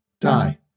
Die